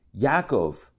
Yaakov